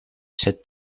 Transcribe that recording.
sed